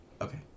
Okay